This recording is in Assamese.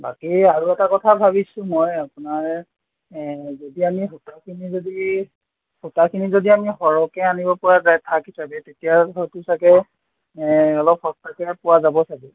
বাকী আৰু এটা কথা ভাবিছোঁ মই আপোনাৰ যদি আমি সূতাখিনি যদি সূতাখিনি যদি আমি সৰহকৈ আনিব পৰা যায় ঠাক হিচাপে তেতিয়া হয়তো ছাগৈ অলপ সস্তাতে পোৱা যাব ছাগৈ